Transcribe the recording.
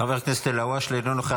חבר הכנסת אלהואשלה, אינו נוכח.